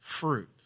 fruit